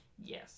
Yes